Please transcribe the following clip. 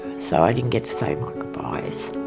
so i didn't get to say my goodbyes.